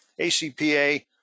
ACPA